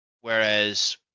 whereas